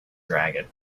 dragon